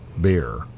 beer